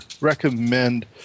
recommend